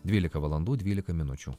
dvylika valandų dvylika minučių